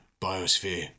biosphere